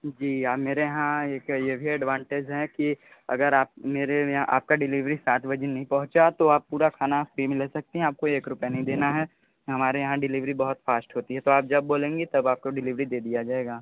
जी हाँ मेरे यहाँ एक ये भी एडवांटेज है कि अगर आप मेरे यहाँ आपका डिलीवरी सात बजे नहीं पहुंचा तो आप पूरा खाना फ़्री में ले सकती हैं आपको एक रुपया नहीं देना है हमारे यहाँ डिलीवरी बहुत फ़ास्ट होती है तो आप जब बोलेंगी तब आपको डिलीवरी दे दिया जाएगा